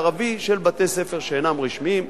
הממלכתי-דתי והערבי של בתי-ספר שאינם רשמיים,